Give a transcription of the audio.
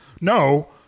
No